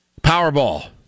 Powerball